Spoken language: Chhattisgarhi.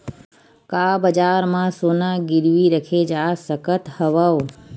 का बजार म सोना गिरवी रखे जा सकत हवय?